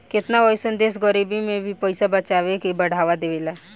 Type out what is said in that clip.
केतना अइसन देश गरीबी में भी पइसा बचावे के बढ़ावा देवेला